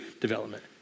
development